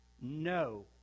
no